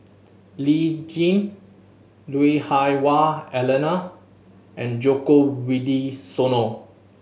Lee Tjin Lui Hah Wah Elena and Djoko Wibisono